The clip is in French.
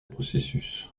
processus